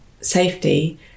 safety